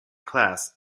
class